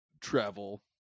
travel